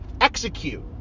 execute